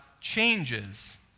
changes